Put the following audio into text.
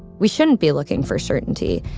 we shouldn't be looking for certainty.